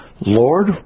Lord